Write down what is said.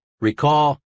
Recall-